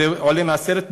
זה עולה מהסרט,